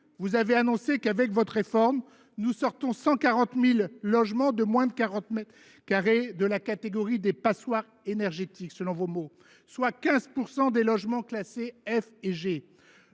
vous avez annoncé qu’avec votre réforme nous sortirions « 140 000 logements de moins de 40 mètres carrés de la catégorie des passoires énergétiques », soit 15 % des logements classés F et G.